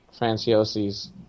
franciosi's